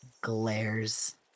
glares